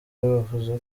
bavuga